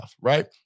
right